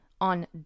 on